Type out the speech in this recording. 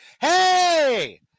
Hey